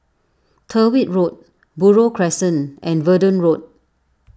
Tyrwhitt Road Buroh Crescent and Verdun Road